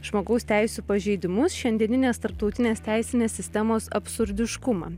žmogaus teisių pažeidimus šiandieninės tarptautinės teisinės sistemos absurdiškumą